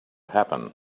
happen